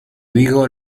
vigo